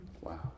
Wow